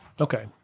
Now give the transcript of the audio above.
Okay